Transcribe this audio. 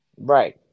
Right